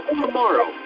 tomorrow